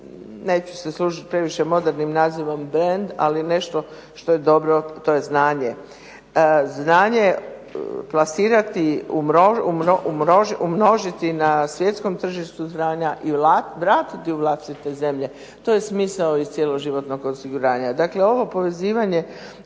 neću se služiti previše modernim nazivom brand, ali nešto što je dobro, to je znanje. Znanje je plasirati, umnožiti na svjetskom tržištu znanja i vratiti u vlastite zemlje. To je smisao iz cjeloživotnog osiguranja. Dakle, ovo povezivanje